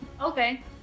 Okay